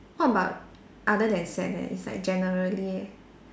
what about other than sad that is like generally